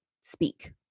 speak